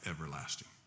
everlasting